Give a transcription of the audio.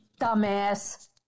Dumbass